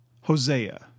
Hosea